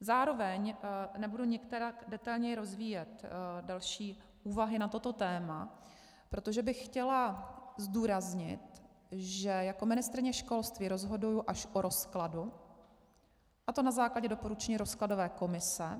Zároveň nebudu nikterak detailně rozvíjet další úvahy na toto téma, protože bych chtěla zdůraznit, že jako ministryně školství rozhoduji až o rozkladu, a to na základě doporučení rozkladové komise.